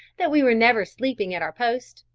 that we were never sleeping at our post,